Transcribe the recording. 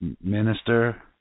minister